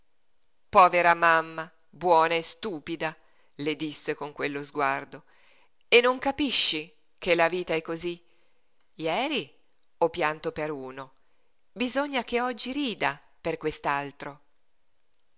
povera mamma buona e stupida le disse con quello sguardo e non capisci che la vita è cosí jeri ho pianto per uno bisogna che oggi rida per